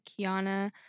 Kiana